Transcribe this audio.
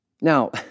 Now